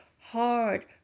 hard